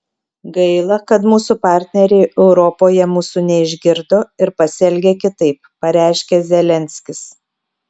gaila kad mūsų partneriai europoje mūsų neišgirdo ir pasielgė kitaip pareiškė zelenskis